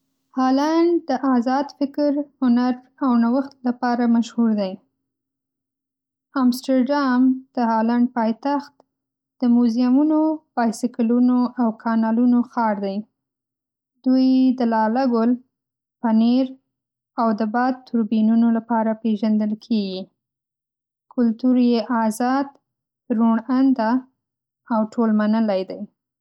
هالند د آزاد فکر، هنر او نوښت لپاره مشهور دی. امسټرډام د هالنډ پایتخت د میوزیمونو، بایسکلونو او کانالونو ښار دی. دوی د لاله ګل، پنېر، او د باد توربینونو لپاره پېژندل کېږي. کلتور یې ازاد، روڼ‌انده او ټولمنلی دی.